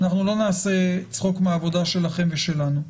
אנחנו לא נעשה צחוק מהעבודה שלכם ושלנו,